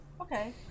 Okay